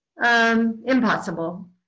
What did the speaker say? Impossible